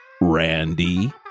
randy